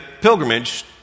pilgrimage